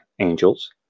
angels